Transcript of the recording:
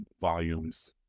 volumes